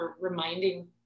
reminding